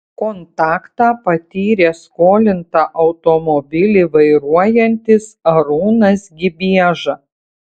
kontaktą patyrė skolinta automobilį vairuojantis arūnas gibieža